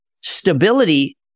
stability